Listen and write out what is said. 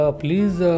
please